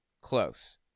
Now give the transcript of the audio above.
close